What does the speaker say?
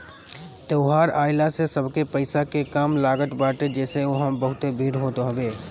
त्यौहार आइला से सबके पईसा के काम लागत बाटे जेसे उहा बहुते भीड़ होत हवे